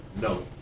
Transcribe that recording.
no